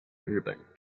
日本